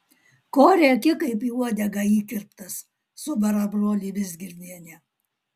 ko rėki kaip į uodegą įkirptas subara brolį vizgirdienė